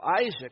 Isaac